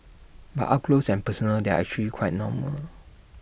but up close and personal they're actually quite normal